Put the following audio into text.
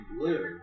Blue